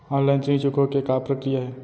Online ऋण चुकोय के का प्रक्रिया हे?